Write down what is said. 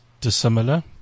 dissimilar